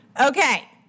Okay